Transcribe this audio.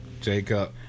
Jacob